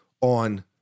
on